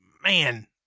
man